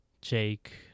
jake